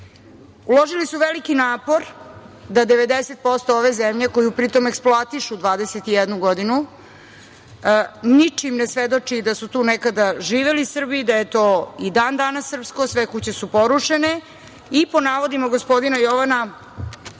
ostaci. Uložili su veliki napor da 90% ove zemlje, koju pri tome eksploatišu 21 godinu ničim ne svedoči da su tu nekada živeli Srbi, da je to i dan-danas srpsko, sve kuće su porušene i po navodima gospodina Jovana,